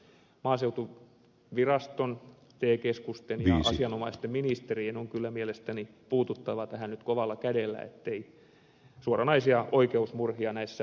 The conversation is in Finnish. maaseutuviraston te keskusten ja asianomaisten ministerien on kyllä mielestäni puututtava tähän nyt kovalla kädellä ettei suoranaisia oikeusmurhia näissä hanketapauksissa tapahdu